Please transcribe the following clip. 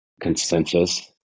consensus